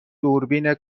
دوربین